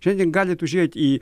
čia tik galit užeit į